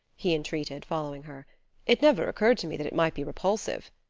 he entreated, following her it never occurred to me that it might be repulsive.